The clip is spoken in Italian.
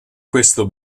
questo